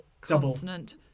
consonant